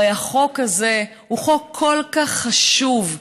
הרי החוק הזה הוא חוק כל כך חשוב.